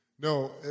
No